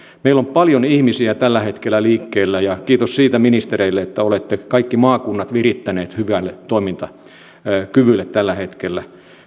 meillä on paljon ihmisiä tällä hetkellä liikkeellä ja kiitos siitä ministereille että olette kaikki maakunnat virittäneet hyvälle toimintakyvylle tällä hetkellä